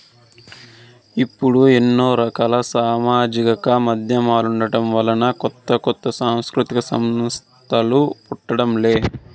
ఇప్పుడు ఎన్నో రకాల సామాజిక మాధ్యమాలుండటం వలన కొత్త కొత్త సాంస్కృతిక సంస్థలు పుట్టడం లే